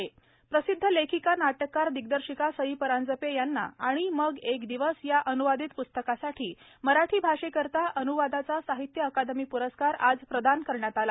सई परांजपे प्रसिध्द लेखिका नाटककार दिग्दर्शिका सई परांजपे यांना आणि मग एक दिवस या अनुवादित प्स्तकासाठी मराठी भाषेकरता अन्वादाचा साहित्य अकादमी प्रस्कार आज प्रदान करण्यात आला